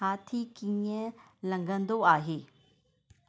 हाथी कीअं लंघंदो आहे